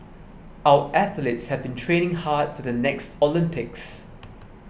our athletes have been training hard for the next Olympics